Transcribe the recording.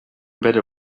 better